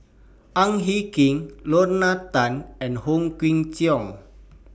Ang Hin Kee Lorna Tan and Wong Kwei Cheong